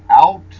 out